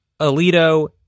Alito